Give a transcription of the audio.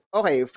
okay